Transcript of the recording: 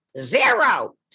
zero